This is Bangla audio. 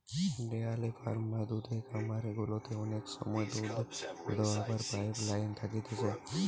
ডেয়ারি ফার্ম বা দুধের খামার গুলাতে অনেক সময় দুধ দোহাবার পাইপ লাইন থাকতিছে